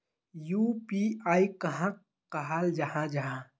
UPI कहाक कहाल जाहा जाहा?